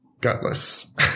gutless